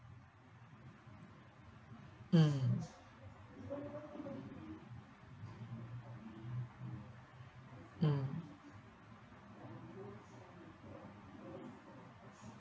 mm mm